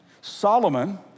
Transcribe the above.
Solomon